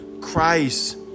Christ